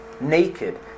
naked